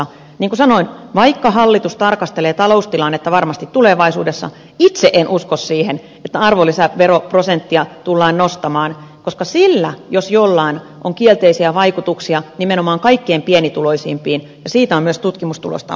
niin kuin sanoin vaikka hallitus tarkastelee taloustilannetta varmasti tulevaisuudessa niin itse en usko siihen että arvonlisäveroprosenttia tullaan nostamaan koska sillä jos jollain on kielteisiä vaikutuksia nimenomaan kaikkein pienituloisimpiin ja siitä on myös tutkimustulosta olemassa